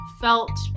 felt